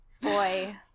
boy